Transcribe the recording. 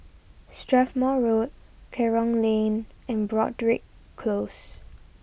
Strathmore Road Kerong Lane and Broadrick Close